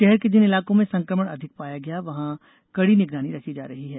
शहर के जिन इलाकों में संक्रमण अधिक पाया गया है वहां कड़ी निगरानी रखी जा रही है